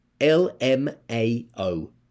L-M-A-O